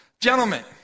Gentlemen